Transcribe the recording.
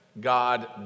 God